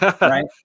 Right